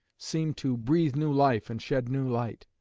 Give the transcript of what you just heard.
seemed to breathe new life and shed new light,